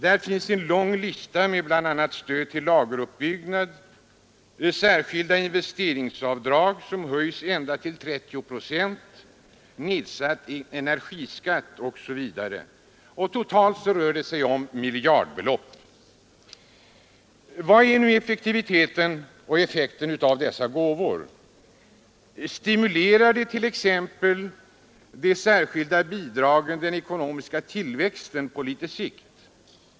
Där finns en lång lista med stöd till lageruppbyggnad, det särskilda investeringsavdraget — som höjts ända till 30 procent —, nedsatt energiskatt osv. Totalt rör det sig om miljardbelopp. Vad är nu effektiviteten och effekten av dessa gåvor? Stimulerar t.ex. de särskilda bidragen den ekonomiska tillväxten på litet sikt?